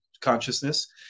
consciousness